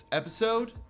episode